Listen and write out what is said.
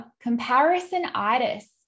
comparison-itis